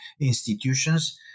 institutions